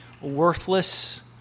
worthless